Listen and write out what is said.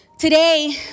Today